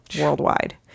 worldwide